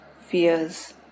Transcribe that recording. fears